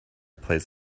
plays